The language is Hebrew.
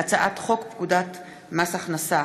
הצעת חוק פקודת מס הכנסה